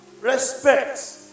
Respect